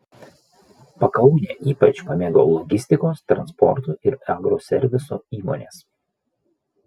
pakaunę ypač pamėgo logistikos transporto ir agroserviso įmonės